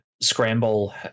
scramble